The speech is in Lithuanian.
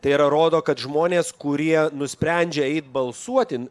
tai yra rodo kad žmonės kurie nusprendžia eit balsuoti